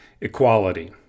equality